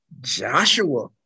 Joshua